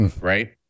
right